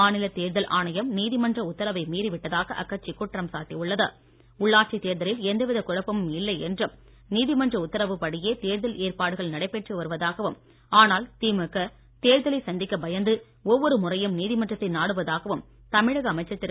மாநில தேர்தல் ஆணையம் நீதிமன்ற உத்தரவை மீறி விட்டதாக அக்கட்சி குற்றம் சாட்டி உள்ளது உள்ளாட்சி தேர்தலில் எந்தவித குழப்பமும் இல்லை என்றும் நீதிமன்ற உத்தரவுப்படியே தேர்தல் ஏற்பாடுகள் நடைபெற்று வருவதாகவும் ஆனால் திமுக தேர்தலை சந்திக்க பயந்து ஒவ்வொரு முறையும் நீதிமன்றத்தை நாடுவதாகவும் தமிழக அமைச்சர் திரு